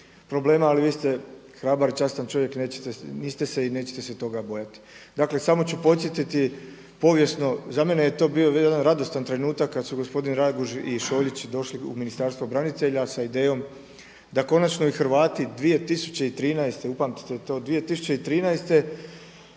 ali vi ste hrabar i častan čovjek i niste se i nećete se toga bojati. Dakle, samo ću podsjetiti povijesno, za mene je to bio jedan radostan trenutak kad su gospodin Raguž i Šoljić došli u Ministarstvo branitelja sa idejom da konačno i Hrvati 2013. godine, upamtite to: 2013.,